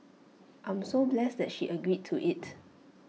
I'm so blessed that she agreed to IT